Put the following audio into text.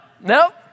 nope